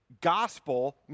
gospel